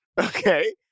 Okay